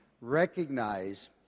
recognize